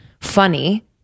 funny